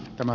tämä